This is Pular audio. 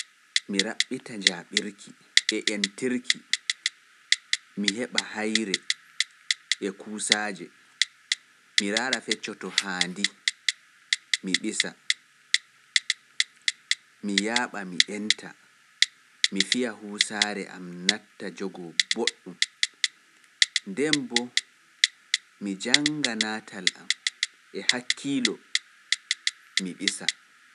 Mi raɓɓita njaaɓirki e entirki, mi heɓa haayre e kuusaaje, mi raara feccoto haandi, mi ɓisa, mi yaaɓa mi enta, mi fiya huusaare am natta jogoo boɗɗum, ndeen boo mi jannga naatal am e hakkiilo, mi ɓisa.